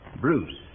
Bruce